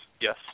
yes